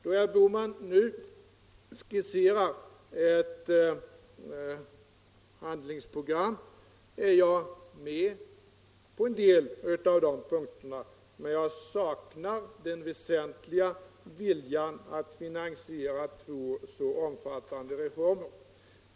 Då herr Bohman nu skisserar ett handlingsprogram är jag med på en del av punkterna, men jag saknar den väsentliga viljan att finansiera två så omfattande reformer.